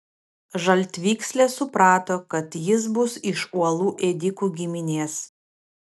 žaltvykslė suprato kad jis bus iš uolų ėdikų giminės